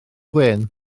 gwyn